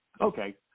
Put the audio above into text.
Okay